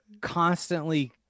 constantly